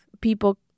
people